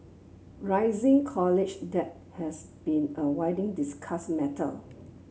rising college debt has been a discussed matter